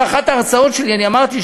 באחת ההרצאות שלי אמרתי,